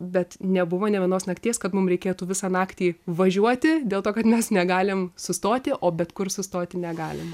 bet nebuvo nė vienos nakties kad mum reikėtų visą naktį važiuoti dėl to kad mes negalim sustoti o bet kur sustoti negalim